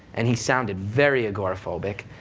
and he sounded very agoraphobic,